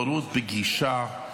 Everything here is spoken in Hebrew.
בורות בגישה,